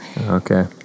okay